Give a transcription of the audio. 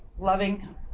loving